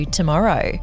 tomorrow